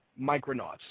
Micronauts